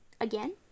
again